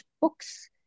books